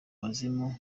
umuzimu